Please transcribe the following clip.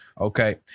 Okay